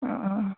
अह अह